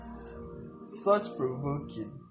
thought-provoking